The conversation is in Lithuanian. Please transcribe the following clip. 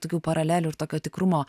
tokių paralelių ir tokio tikrumo